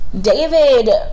David